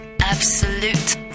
Absolute